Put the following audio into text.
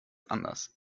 anders